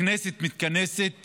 הכנסת מתכנסת